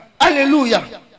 Hallelujah